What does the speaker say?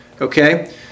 Okay